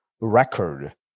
record